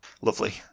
Lovely